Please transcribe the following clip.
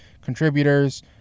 contributors